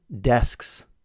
desks